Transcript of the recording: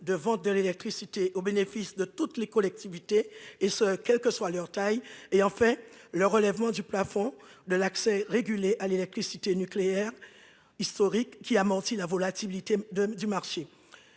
de vente de l'électricité au bénéfice de toutes les collectivités, quelle que soit leur taille ; troisièmement, et enfin, le relèvement du plafond de l'accès régulé à l'électricité nucléaire historique, qui amortit la volatilité du marché.